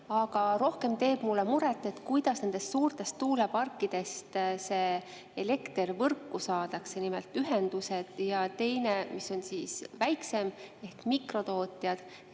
Aga rohkem teeb mulle muret, kuidas nendest suurtest tuuleparkidest see elekter võrku saadakse, nimelt ühendused. Teine mure on väiksem: et mikrotootjad